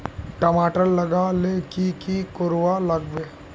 टमाटर लगा ले की की कोर वा लागे?